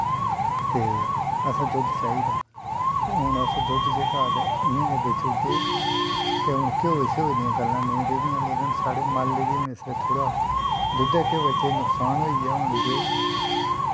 ते असें दुद्ध चाहिदा ते हून अस दुद्ध जेह्का असें इ'यां गै बेची ओड़दे ते हून घ्यो श्यो दियां गल्लां नेई रेह्दियां लेकिन साढ़े म्हल्लै दी हून इस बारीं थोह्ड़ा दुद्धै घ्यो च एह् नुकसान होई गेआ हून जे